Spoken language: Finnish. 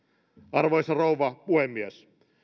arvoisa rouva puhemies